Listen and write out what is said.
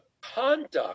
conduct